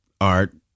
art